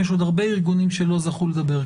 יש עוד הרבה ארגונים שלא זכו לדבר.